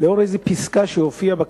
לאור איזו פסקה שהופיעה בה,